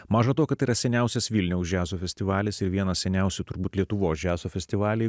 maža to kad yra seniausias vilniaus džiazo festivalis ir vienas seniausių turbūt lietuvos džiazo festivaliai